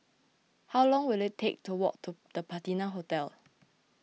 how long will it take to walk to the Patina Hotel